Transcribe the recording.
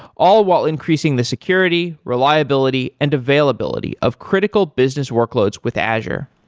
all while increasing the security, reliability and availability of critical business workloads with azure.